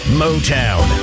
motown